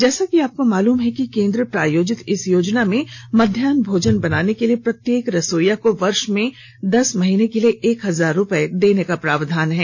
जैसा कि आपको मालूम है कि केंद्र प्रायोजित इस योजना में मध्याह न भोजन बनाने के लिए प्रत्येक रसोइया को वर्ष में दस महीने के लिए एक हजार रुपए देने का प्रावधान है